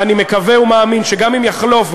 ואני מקווה ומאמין שגם אם יחלוף,